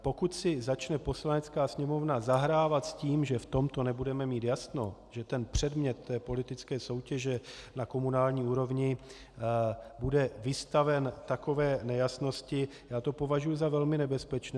Pokud si začne Poslanecká sněmovna zahrávat s tím, že v tomto nebudeme mít jasno, že předmět té politické soutěže na komunální úrovni bude vystaven takové nejasnosti, já to považuji za velmi nebezpečné.